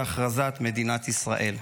להכרזת מדינת ישראל.